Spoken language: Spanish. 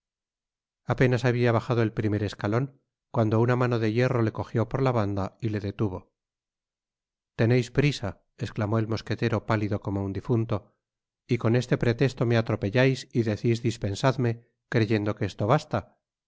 apenas habia bajado el primer escalon cuando una mano de hierro le cogió por la banda y le detuvo teneis prisa esclamó el mosquetero pálido como un difunto y con este pretesto me atrepellais y decis dispensadme creyendo que esto basta